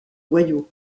loyaux